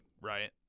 Right